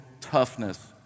toughness